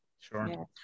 Sure